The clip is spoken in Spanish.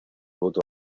voto